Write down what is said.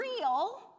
real